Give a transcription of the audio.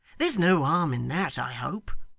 there's no harm in that, i hope